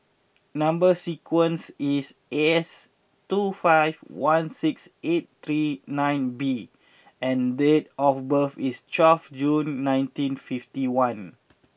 number sequence is S two five one six eight three nine B and date of birth is twelve June nineteen fifty one